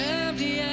empty